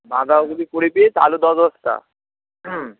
বাঁধাকপি কুড়ি পিস আলু দশ বস্তা